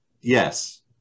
Yes